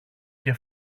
και